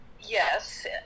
Yes